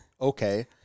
Okay